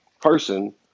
person